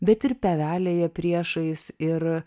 bet ir pievelėje priešais ir